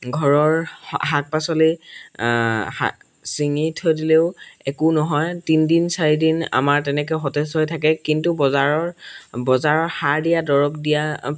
ঘৰৰ শাক পাচলি শা ছিঙি থৈ দিলেও একো নহয় তিনিদিন চাৰিদিন আমাৰ তেনেকৈ সতেজ হৈ থাকে কিন্তু বজাৰৰ বজাৰৰ সাৰ দিয়া দৰৱ দিয়া